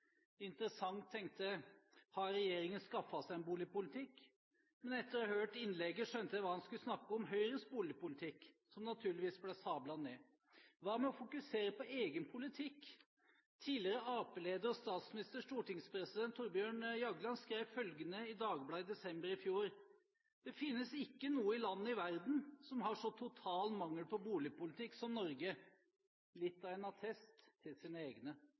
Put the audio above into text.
Interessant, tenkte jeg – har regjeringen skaffet seg en boligpolitikk? Men etter å ha hørt innlegget skjønte jeg hva han skulle snakke om, nemlig Høyres boligpolitikk, som naturligvis ble sablet ned. Hva med å fokusere på egen politikk? Tidligere arbeiderpartileder, statsminister og stortingspresident Thorbjørn Jagland sier i Dagbladet i desember i fjor: «Det finnes ikke noe land i verden som har en så total mangel på boligpolitikk som vi har i Norge.» Det er litt av en attest til sine egne.